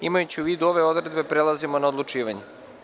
Imajući u vidu ove odredbe, prelazimo na odlučivanje.